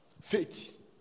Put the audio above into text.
Faith